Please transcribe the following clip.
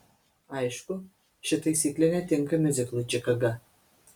aišku ši taisyklė netinka miuziklui čikaga